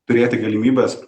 turėti galimybes